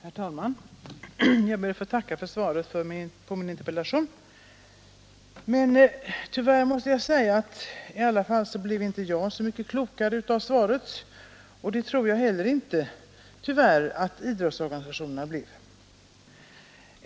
Herr talman! Jag ber att få tacka för svaret på min interpellation. Tyvärr, måste jag säga, blev i varje fall inte jag så mycket klokare av svaret, och det tror jag inte heller att idrottsorganisationerna blir.